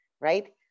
right